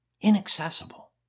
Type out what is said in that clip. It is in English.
inaccessible